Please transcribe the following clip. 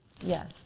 Yes